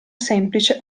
semplice